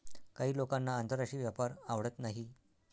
काही लोकांना आंतरराष्ट्रीय व्यापार आवडत नाही